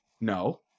No